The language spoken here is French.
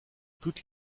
toutes